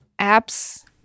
apps